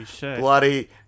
bloody